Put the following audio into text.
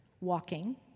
Walking